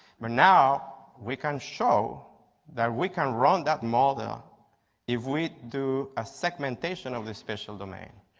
but now, we can show that we can run that model if we do a segmentation of the special domain.